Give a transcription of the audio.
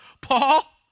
Paul